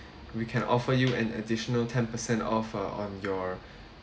we can offer you an additional ten percent off uh on your